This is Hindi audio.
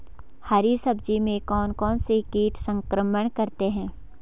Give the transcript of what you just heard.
हरी सब्जी में कौन कौन से कीट संक्रमण करते हैं?